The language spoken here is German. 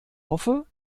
hoffe